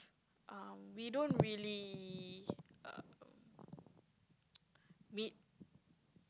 um we don't really err meet